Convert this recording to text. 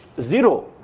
zero